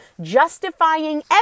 justifying